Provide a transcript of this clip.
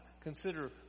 Consider